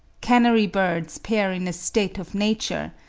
canary-birds pair in a state of nature,